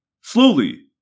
Slowly